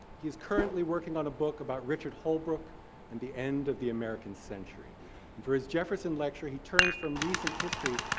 he is currently working on a book about richard holbrooke and the end of the american century. and for his jefferson lecture he turns from recent history,